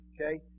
Okay